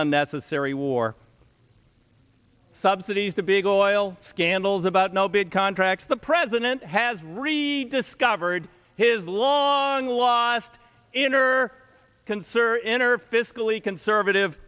on necessary war subsidies to big oil scandals about no bid contracts the president has read discovered his long lost in her concert enter a fiscally conservative